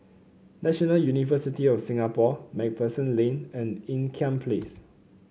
National University of Singapore MacPherson Lane and Ean Kiam Place